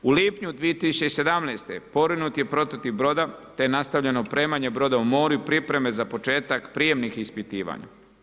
U lipnju 2017. porinut je prototip broda te je nastavljeno opremanje broda u moru i pripreme za početak prijemnih ispitivanja.